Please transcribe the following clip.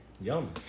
yum